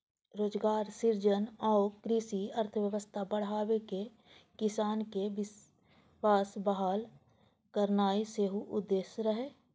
रोजगार सृजन आ कृषि अर्थव्यवस्था बढ़ाके किसानक विश्वास बहाल करनाय सेहो उद्देश्य रहै